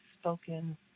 spoken